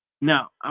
Now